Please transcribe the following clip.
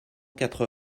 quatre